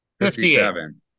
Fifty-seven